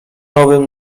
nowym